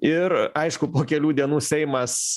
ir aišku po kelių dienų seimas